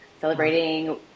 celebrating